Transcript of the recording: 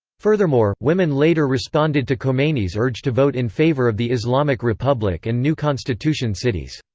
furthermore, women later responded to khomeini's urge to vote in favor of the islamic republic and new constitution cities.